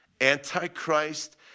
antichrist